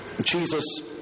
Jesus